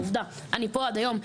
עובדה שאני פה עד היום.